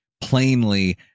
plainly